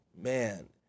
man